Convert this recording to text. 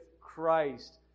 Christ